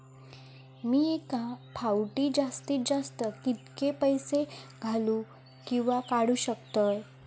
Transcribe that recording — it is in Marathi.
मी एका फाउटी जास्तीत जास्त कितके पैसे घालूक किवा काडूक शकतय?